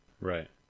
Right